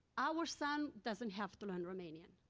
our son doesn't have to learn romanian.